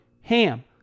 HAM